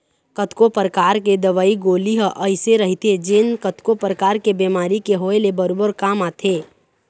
कतको परकार के दवई गोली ह अइसे रहिथे जेन कतको परकार के बेमारी के होय ले बरोबर काम आथे